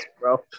bro